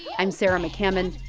i'm sarah mccammon.